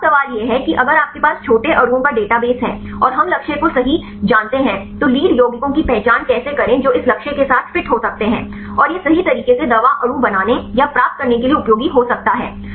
तो अब सवाल यह है कि अगर आपके पास छोटे अणुओं का डेटाबेस है और हम लक्ष्य को सही जानते हैं तो लीड यौगिकों की पहचान कैसे करें जो इस लक्ष्य के साथ फिट हो सकते हैं और यह सही तरीके से दवा अणु बनाने या प्राप्त करने के लिए उपयोगी हो सकता है